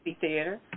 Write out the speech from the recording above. theater